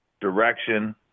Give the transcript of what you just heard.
direction